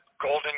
golden